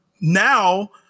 now